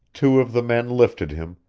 two of the men lifted him,